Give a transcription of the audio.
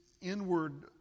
inward